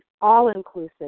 all-inclusive